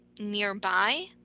nearby